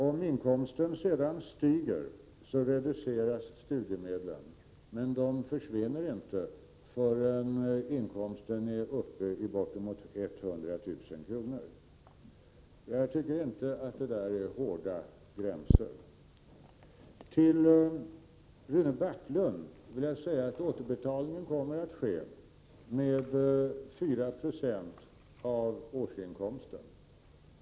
Om inkomsten sedan stiger reduceras studiemedlen, men de försvinner inte förrän inkomsten är uppe i mer än 100 000 kr. Jag tycker inte att det är hårda gränser. Rune Backlund vill jag erinra om att återbetalningen kommer att ske med 4 Jo av årsinkomsten.